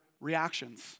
reactions